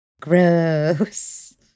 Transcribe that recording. Gross